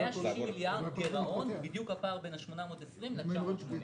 160 מיליארד שקל גירעון זה בדיוק הפער בין ה-820 ל-980.